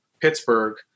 Pittsburgh